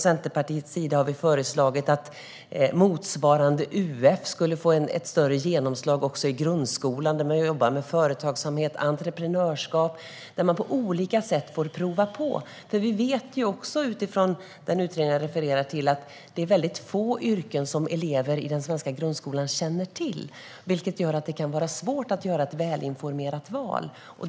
Centerpartiet har föreslagit att motsvarande UF ska få ett större genomslag också i grundskolan där man jobbar med företagsamhet och entreprenörskap - att man på olika sätt får prova på. Vi vet också, utifrån utredningen som jag hänvisat till, att elever känner till väldigt få yrken. Det gör det svårt att göra ett välinformerat val.